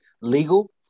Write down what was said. legal